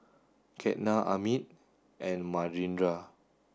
Ketna Amit and Manindra